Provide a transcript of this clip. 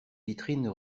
vitrines